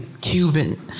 Cuban